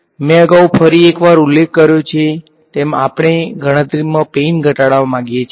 મેં અગાઉ ફરી એકવાર ઉલ્લેખ કર્યો છે તેમ આપણે ગણતરીમાં પેઈન ઘટાડવા માંગીએ છીએ